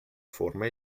forma